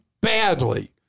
badly